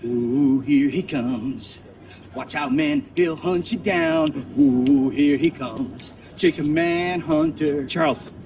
ooh, ooh, here he comes watch out, man, he'll hunt you down ooh, ooh, here he comes jake's a man hunter charles,